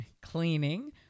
cleaning